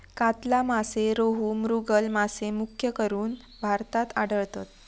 कातला मासे, रोहू, मृगल मासे मुख्यकरून भारतात आढळतत